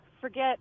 forget